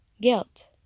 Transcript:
guilt